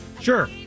Sure